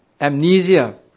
amnesia